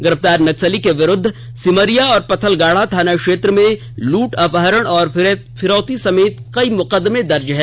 गिरफ्तार नक्सली के विरुद्व सिमरिया और पत्थलगाढ़ा थाना क्षेत्र में लूट अपहरण फिरौती सहित कई मुकदमें दर्ज हैं